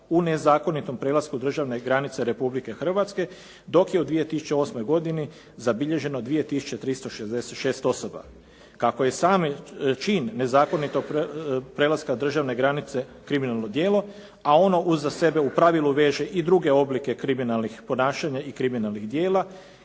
u nezakonitom prelasku državne granice Republike Hrvatske, dok je u 2008. godini zabilježeno 2 366 osoba. Kako je sam čin nezakonitog prelaska državne granice kriminalno djelo, a ono uza sebe u pravilu veže i druge oblike kriminalnih ponašanja i kriminalnih djela